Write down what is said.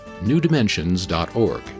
newdimensions.org